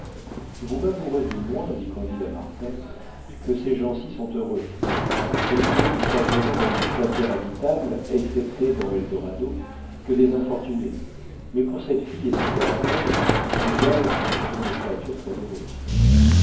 vous m'avouerez du moins dit candide à martin que ces gens-ci sont heureux je n'ai trouvé jusqu'à présent dans toute la terre habitable excepté dans eldorado que des infortunés mais pour cette fille et ce théatin je gage que ce sont des créatures très heureuses